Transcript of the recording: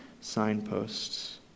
signposts